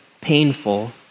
painful